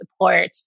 support